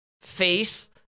face